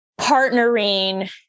partnering